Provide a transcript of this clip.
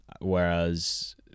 Whereas